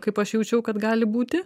kaip aš jaučiau kad gali būti